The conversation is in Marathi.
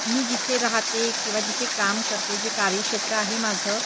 मी जिथे राहते किंवा जिथे काम करते जे कार्यक्षेत्र आहे माझं